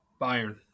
Bayern